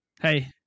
Hey